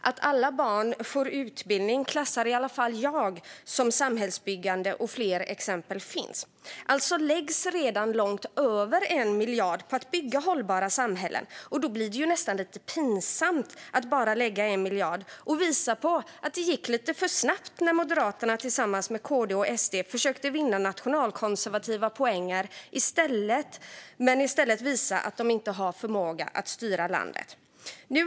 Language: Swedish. Att alla barn får utbildning klassar i alla fall jag som samhällsbyggande. Och fler exempel finns. Alltså läggs redan långt över 1 miljard på att bygga hållbara samhällen. Då blir det ju nästan lite pinsamt att bara lägga 1 miljard. Det visar på att det gick lite för snabbt när Moderaterna tillsammans med KD och SD försökte vinna nationalkonservativa poänger när det i stället visar att de inte har förmåga att styra landet.